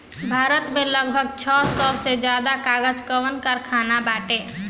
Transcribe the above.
भारत में लगभग छह सौ से ज्यादा कागज कअ कारखाना बाटे